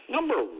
Number